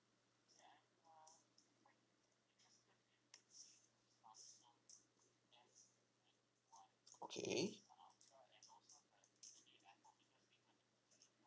okay